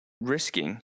risking